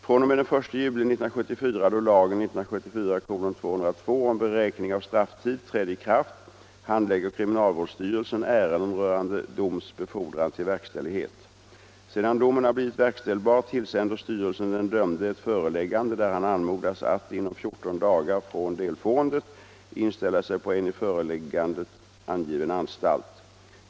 fr.o.m. den 1 juli 1974, då lagen om beräkning av strafftid trädde i kraft, handlägger kriminalvårdsstyrelsen ärenden rörande doms befordran till verkställighet. Sedan domen har blivit verkställbar tillsänder styrelsen den dömde ett föreläggande där han anmodas att, inom 14 dagar från delfåendet, inställa sig på en i föreläggandet angiven anstalt.